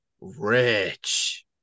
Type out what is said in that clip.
rich